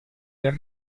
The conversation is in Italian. del